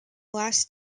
last